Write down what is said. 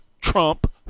Trump